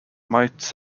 might